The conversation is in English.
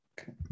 Okay